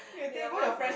in the